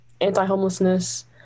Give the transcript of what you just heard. anti-homelessness